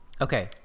Okay